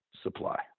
supply